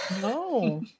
No